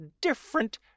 different